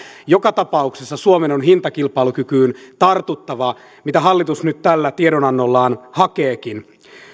joka tapauksessa suomen on hintakilpailukykyyn tartuttava mitä hallitus nyt tällä tiedonannollaan hakeekin